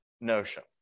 notion